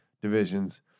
divisions